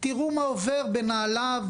תראו מה עובר בנעליו,